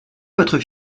votre